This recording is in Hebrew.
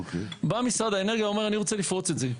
בא משרד האנרגיה ואמר שהוא רוצה לפרוץ את זה.